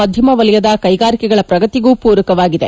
ಮಧ್ಯಮವಲಯದ ಕೈಗಾರಿಕೆಗಳ ಪ್ರಗತಿಗೂ ಪೂರಕವಾಗಿದೆ